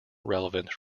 relevant